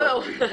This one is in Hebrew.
לא, לא.